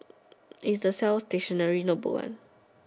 is the sell dictionary notebook one